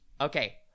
Okay